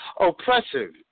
oppressive